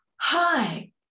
hi